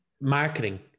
Marketing